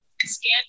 scan